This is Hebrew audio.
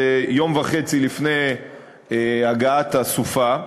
זה יום וחצי לפני הגעת הסופה,